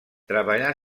treballà